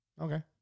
Okay